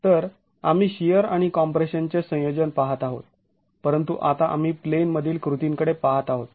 तर आम्ही शिअर आणि कॉम्प्रेशनचे संयोजन पाहत आहोत परंतु आता आम्ही प्लेन मधील कृतींकडे पाहत आहोत